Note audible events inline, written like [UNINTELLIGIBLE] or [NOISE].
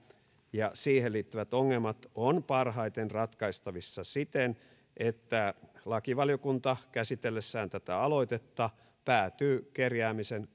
ja siihen liittyvät ongelmat ovat parhaiten ratkaistavissa siten että lakivaliokunta käsitellessään tätä aloitetta päätyy kerjäämisen [UNINTELLIGIBLE]